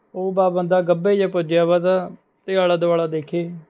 ਉਹ ਬਸ ਬੰਦਾ ਗੱਭੇ ਜਿਹੇ ਪੁੱਜਿਆ ਵਾ ਤਾ ਅਤੇ ਆਲਾ ਦੁਆਲਾ ਦੇਖੇ